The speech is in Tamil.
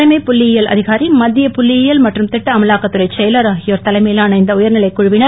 தலைமை புள்ளியியல் அதிகாரி மத்திய புள்ளியியல் மற்றும் திட்ட அமலாக்கத்துறைச் செயலர் ஆகியோர் தலைமையிலான இந்த உயர்நிலைக் குழுவினர்